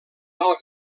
alt